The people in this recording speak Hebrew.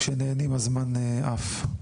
כשנהנים הזמן עף.